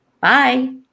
Bye